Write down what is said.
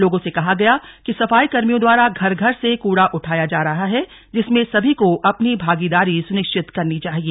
लोगों से कहा गया कि सफाईकर्मियो द्वारा घर घर से कूड़ा उठाया जा रहा है जिसमें सभी को अपनी भागीदारी सुनिश्चित करनी चाहिए